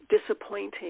disappointing